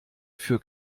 für